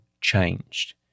changed